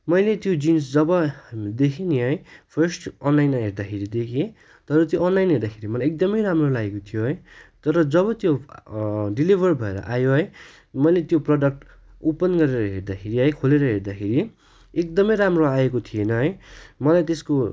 मैले त्यो जिन्स जब देखेँ नि है फर्स्ट अनलाइन हेर्दाखेरि देखेँ तर त्यो अनलाइन हेर्दाखेरि मलाई एकदमै राम्रो लागेको थियो है तर जब त्यो डिलिभर भएर आयो है मैले त्यो प्रडक्ट ओपन गरेर हेर्दाखेरि है खोलेर हेर्दाखेरि एकदमै राम्रो आएको थिएन है मलाई त्यसको